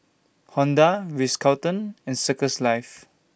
Honda Ritz Carlton and Circles Life